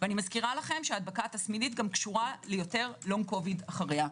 הדבקה תסמינית קשורה ליותר LONG COVID אחריה.